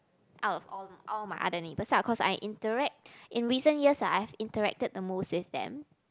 out of all all my other neighbours ah cause I interact in recent years I've interacted the most with them